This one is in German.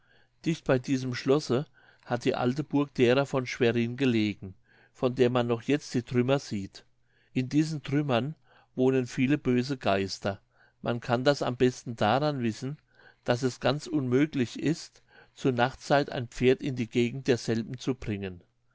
dicht bei diesem schlosse hat die alte burg derer von schwerin gelegen von der man noch jetzt die trümmer sieht in diesen trümmern wohnen viele böse geister man kann das am besten daran wissen daß es ganz unmöglich ist zu nachtzeit ein pferd in die gegend derselben zu bringen